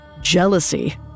Jealousy